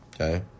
okay